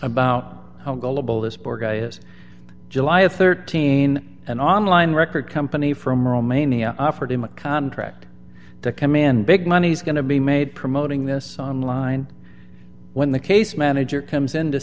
about how gullible this poor guy is july of thirteen and online record company from romania offered him a contract to come in big money is going to be made promoting this online when the case manager comes in to